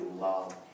love